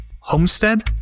homestead